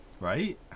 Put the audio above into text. right